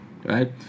right